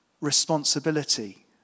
responsibility